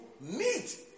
meat